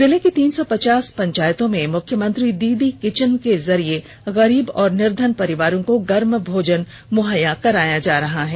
जिले की तीन सौ पचास पंचायतों में मुख्यमंत्री दीदी किचेन के जरिए गरीब और निर्धन परिवारों को गर्म भोजन मुहैया कराया जा रहा है